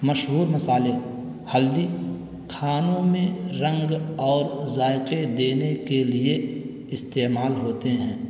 مشہور مسالے ہلدی کھانوں میں رنگ اور ذائقے دینے کے لیے استعمال ہوتے ہیں